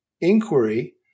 inquiry